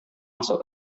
masuk